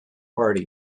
party